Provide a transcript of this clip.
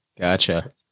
gotcha